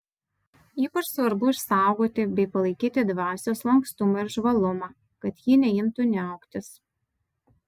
ypač svarbu išsaugoti bei palaikyti dvasios lankstumą ir žvalumą kad ji neimtų niauktis